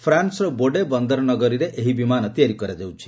ଫ୍ରାନ୍ସର ବୋର୍ଡେ ବନ୍ଦର ନଗରିରୀରେ ଏହି ବିମାନ ତିଆରି କରାଯାଉଛି